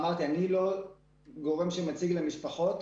אמרתי, אני לא גורם שמציג למשפחות.